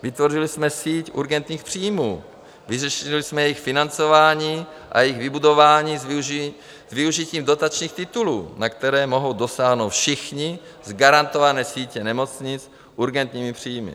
Vytvořili jsme síť urgentních příjmů, vyřešili jsme jejich financování a jejich vybudování s využitím dotačních titulů, na které mohou dosáhnout všichni z garantované sítě nemocnic s urgentními příjmy.